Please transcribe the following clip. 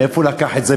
מאיפה הוא לקח את זה?